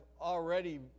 already